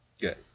Good